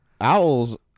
Owls